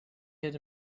had